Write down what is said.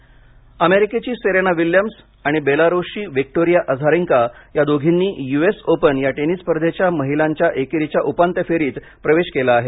US Open पूल अमेरिकेची Serena Williams आणि बेलारूसची विक्टोरिया अझारेन्का या दोघींनी यूएस ओपन या टेनिस स्पर्धेच्या महिलांच्या एकेरीच्या उपांत्यफेरीत प्रवेश केला आहे